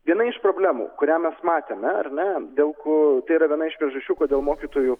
viena iš problemų kurią mes matėme ar ne dėl ko yra viena iš priežasčių kodėl mokytojų